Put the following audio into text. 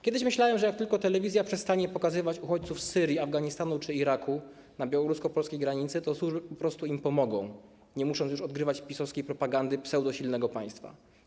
Kiedyś myślałem, że gdy tylko telewizja przestanie pokazywać uchodźców z Syrii, Afganistanu czy Iraku na białorusko-polskiej granicy, to służby im pomogą, nie musząc już odgrywać PiS-owskiej propagandy pseudosilnego państwa.